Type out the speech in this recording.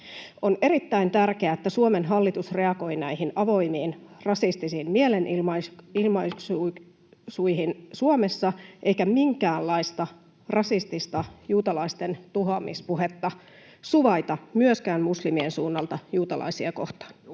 On erittäin tärkeää, että Suomen hallitus reagoi näihin avoimiin rasistisiin mielenilmaisuihin Suomessa eikä minkäänlaista rasistista juutalaistentuhoamispuhetta suvaita, myöskään muslimien suunnalta